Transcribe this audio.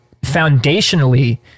foundationally